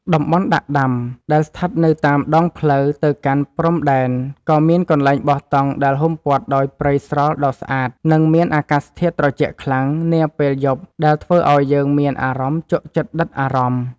តំបន់ដាក់ដាំដែលស្ថិតនៅតាមដងផ្លូវទៅកាន់ព្រំដែនក៏មានកន្លែងបោះតង់ដែលហ៊ុមព័ទ្ធដោយព្រៃស្រល់ដ៏ស្អាត និង មានអាកាសធាតុត្រជាក់ខ្លាំងនាពេលយប់ដែលធ្វើឱ្យយើងមានអារម្មណ៍ជក់ចិត្តដិតអារម្មណ៍។